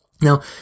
Now